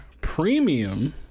premium